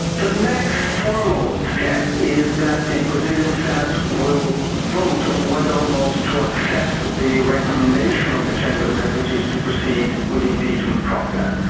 the next formal step is that the brazilian senate will vote on whether or not to accept the recommendation of the chamber but of deputies to proceed with the impeachment process.